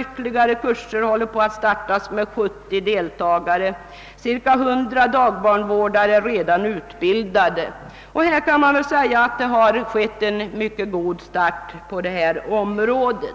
Ytterligare 4 kurser med. 70 deltagare håller på att startas. Cirka 100 dagbarnsvårdare är redan utbildade. Det har alltså skett en mycket god start på detta område.